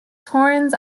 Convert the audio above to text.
torrens